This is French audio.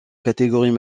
catégories